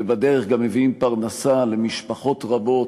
ובדרך גם מביאים פרנסה למשפחות רבות